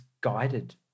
guided